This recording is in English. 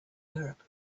europe